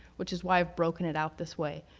which is why i have broken it out this way.